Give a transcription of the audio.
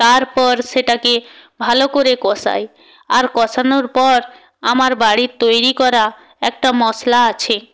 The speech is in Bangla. তারপর সেটাকে ভালো করে কষাই আর কষানোর পর আমার বাড়ির তৈরি করা একটা মশলা আছে